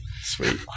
Sweet